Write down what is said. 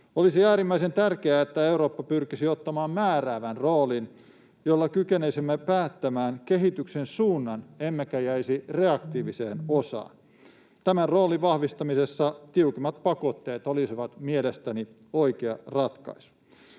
Olisi äärimmäisen tärkeää, että Eurooppa pyrkisi ottamaan määräävän rooliin, jolla kykenisimme päättämään kehityksen suunnan emmekä jäisi reaktiiviseen osaan. Tämän roolin vahvistamisessa tiukemmat pakotteet olisivat mielestäni oikea ratkaisu.